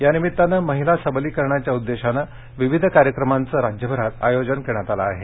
या निमित्तानं महिला सबलीकरणाच्या उद्देशानं विविध कार्यक्रमांचं राज्यभरात आयोजन करण्यात आलं आहे